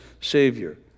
savior